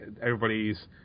Everybody's